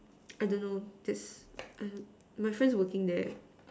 I don't know this mm my friend working there